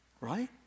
Right